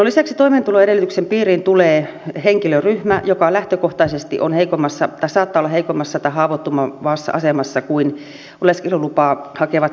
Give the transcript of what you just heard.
lisäksi toimeentuloedellytyksen piiriin tulee henkilöryhmä joka lähtökohtaisesti on heikommassa tai saattaa olla heikommassa tai haavoittuvammassa asemassa kuin oleskelulupaa hakevat keskimäärin